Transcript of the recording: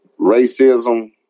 Racism